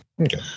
Okay